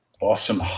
awesome